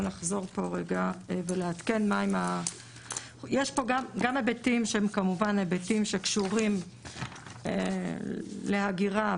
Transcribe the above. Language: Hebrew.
יש פה גם היבטים שהם כמובן קשורים להגירה,